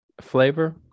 flavor